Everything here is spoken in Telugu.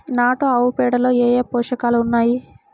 నాటు ఆవుపేడలో ఏ ఏ పోషకాలు ఉన్నాయి?